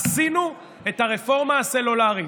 עשינו את הרפורמה הסלולרית.